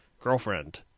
girlfriend